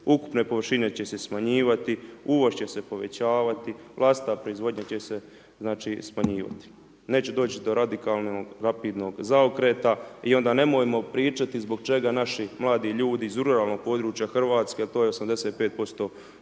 ukupne površine će se smanjivati, uvoz će se povećavati, vlastita proizvodnja će se smanjivati. Neće doći do radikalnog, rapidnog zaokreta i onda nemojmo pričati zbog čega naši mladi ljudi iz ruralnog područja Hrvatske, to je 85%